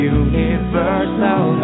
universal